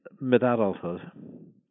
mid-adulthood